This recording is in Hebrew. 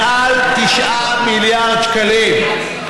מעל 9 מיליארד שקלים.